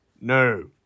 No